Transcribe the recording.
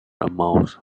amounts